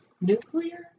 nuclear